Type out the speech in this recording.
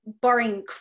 barring